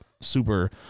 super